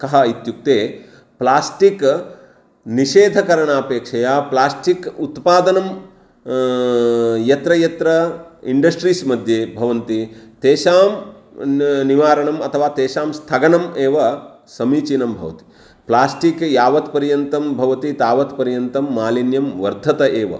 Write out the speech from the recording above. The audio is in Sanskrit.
कः इत्युक्ते प्लास्टिक् निषेधकरणापेक्षया प्लास्टिक् उत्पादनं यत्र यत्र इण्डस्ट्रीस् मध्ये भवति तेषां न् निवारणम् अथवा तेषां स्थगनम् एव समीचीनं भवति प्लास्टिक् यावत्पर्यन्तं भवति तावत्पर्यन्तं मालिन्यं वर्धत एव